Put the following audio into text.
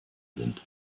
sind